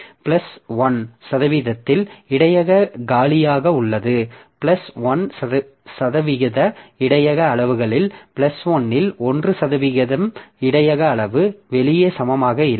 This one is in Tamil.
பிளஸ் 1 சதவீதத்தில் இடையக காலியாக உள்ளது பிளஸ் 1 சதவிகித இடையக அளவுகளில் பிளஸ் 1 இல் 1 சதவிகிதம் இடையக அளவு வெளியே சமமாக இல்லை